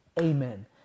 amen